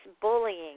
bullying